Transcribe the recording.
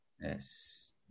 Yes